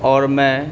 اور میں